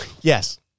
Yes